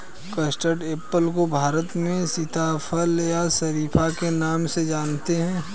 custard apple को भारत में सीताफल या शरीफा के नाम से जानते हैं